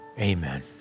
Amen